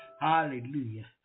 Hallelujah